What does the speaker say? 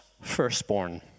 firstborn